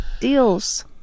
deals